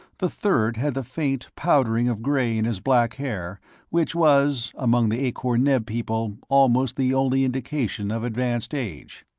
the third had the faint powdering of gray in his black hair which was, among the akor-neb people, almost the only indication of advanced age.